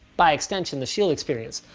by extension, the shield experience.